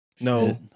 No